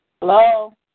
Hello